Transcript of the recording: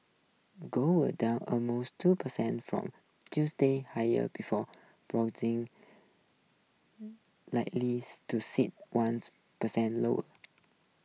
gold would down almost two percent from Tuesday's higher before lightly to sit one percent lower